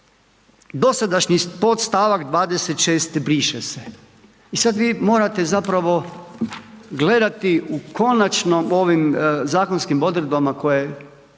dosadašnji podstavak 26. briše se i sad vi morate zapravo gledati u konačno ovim zakonskim odredbama koje